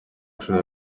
nshuro